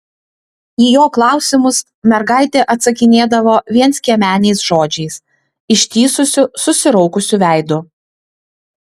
į jo klausimus mergaitė atsakinėdavo vienskiemeniais žodžiais ištįsusiu susiraukusiu veidu